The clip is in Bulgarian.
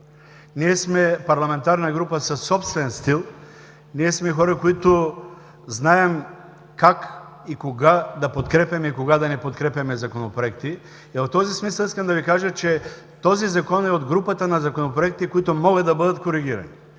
Ние сме парламентарна група със собствен стил, ние сме хора, които знаем как и кога да подкрепяме и кога да не подкрепяме законопроекти. И в този смисъл искам да Ви кажа, че този Закон е от групата на законопроектите, които могат да бъдат коригирани.